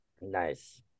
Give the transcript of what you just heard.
Nice